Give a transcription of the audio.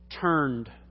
turned